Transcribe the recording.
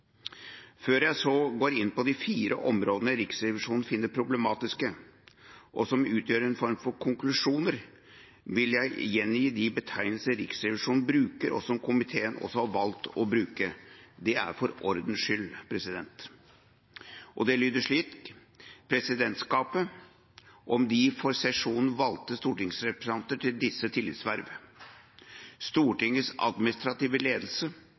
Før jeg går inn på de fire områdene Riksrevisjonen finner problematisk, og som utgjør en form for konklusjoner, vil jeg gjengi de betegnelser Riksrevisjonen bruker, og som komiteen også har valgt å bruke. Det er for ordens skyld. Det lyder slik: Man bruker presidentskapet om de for sesjonen valgte stortingsrepresentanter til disse tillitsverv, Stortingets administrative ledelse